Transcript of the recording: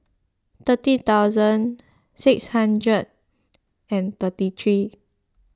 thirty thousand six hundred and thirty three